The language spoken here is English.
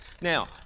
now